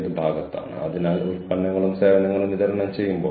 അതെ അവർ ഇപ്പോൾ സൂം ഇൻ ചെയ്യുന്നു